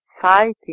fighting